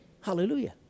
Hallelujah